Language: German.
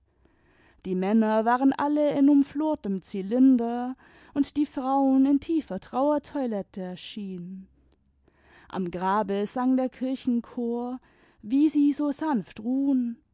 die männer waren alle in umflortem zylinder und die frauen in tiefer trauertoilette erschienen am grabe sang der kirchenchor wie sie so sanft ruhn